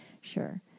sure